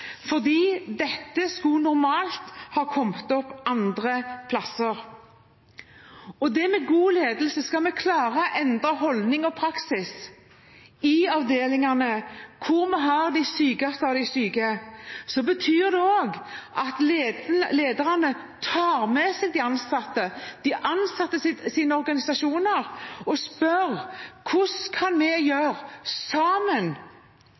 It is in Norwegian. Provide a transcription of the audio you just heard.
dette skulle normalt ha kommet fram andre steder. Med god ledelse skal vi klare å endre holdning og praksis i avdelingene hvor vi har de sykeste av de syke. Det betyr også at lederne tar med seg de ansatte og de ansattes organisasjoner og spør hvordan en sammen kan gjøre tiltak som gjør at vi